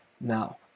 now